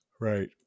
Right